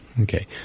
Okay